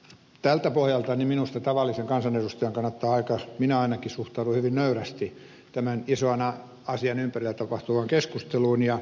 tältä pohjalta minusta tavallisen kansanedustajan kannattaa suhtautua aika minä ainakin suhtaudun hyvin nöyrästi tämän ison asian ympärillä tapahtuvaan keskusteluun